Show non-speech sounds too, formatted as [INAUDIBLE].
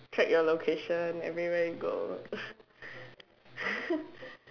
track your location everywhere you go [LAUGHS]